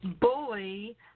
bully